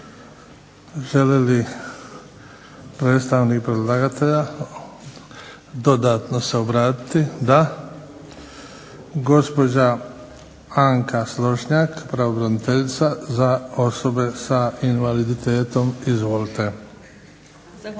Želi li predstavnik predlagatelja dodatno se obratiti? Da. Gospođa Anka Slonjšak, pravobraniteljica za osobe sa invaliditetom. Izvolite.